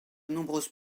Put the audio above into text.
nombreuses